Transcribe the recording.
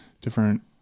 Different